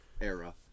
era